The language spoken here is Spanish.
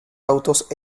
autos